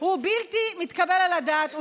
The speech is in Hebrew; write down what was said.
הוא בלתי מתקבל על הדעת.